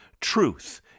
truth